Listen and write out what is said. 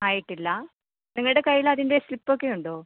ആയിട്ടില്ല നിങ്ങളുടെ കൈയ്യിൽ അതിൻ്റെ സ്ലിപ്പ് ഒക്കെ ഉണ്ടോ